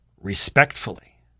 respectfully